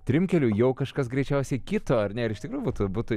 trim kelių jau kažkas greičiausiai kito ar ne ir iš tikrųjų būtų būtų